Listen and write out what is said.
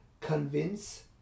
convince